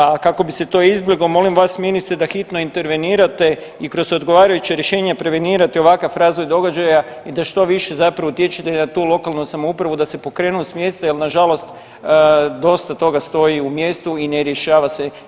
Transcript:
A kako bi se to izbjeglo molim vas ministre da hitno intervenirate i kroz odgovarajuće rješenje prevenirate ovakav razvoj događaja i da što više zapravo utječete na tu lokalnu samoupravu da se pokrenu s mjesta jer nažalost dosta toga stoji u mjestu i ne rješava se.